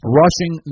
rushing